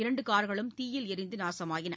இரண்டு கார்களும் தீயில் எரிந்து நாசமாயின